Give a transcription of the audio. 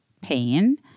pain